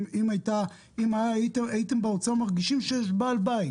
אם הייתם באוצר מרגישים שיש בעל בית,